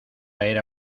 era